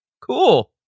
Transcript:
Cool